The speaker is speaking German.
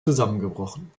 zusammengebrochen